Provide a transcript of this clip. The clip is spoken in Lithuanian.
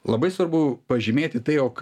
labai svarbu pažymėti tai jog